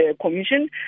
Commission